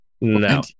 no